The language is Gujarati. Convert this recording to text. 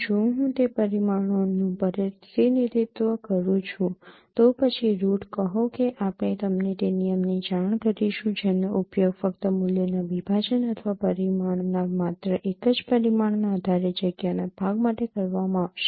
જો હું તે પરિમાણોનું પ્રતિનિધિત્વ કરું છું તો પછી રુટ કહો કે આપણે તમને તે નિયમની જાણ કરીશું જેનો ઉપયોગ ફક્ત મૂલ્યોના વિભાજન અથવા પરિમાણના માત્ર એક જ પરિમાણના આધારે જગ્યાના ભાગ માટે કરવામાં આવશે